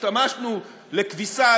שהשתמשנו בהם לכביסה,